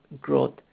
growth